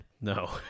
No